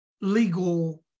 legal